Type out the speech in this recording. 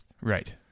Right